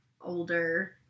older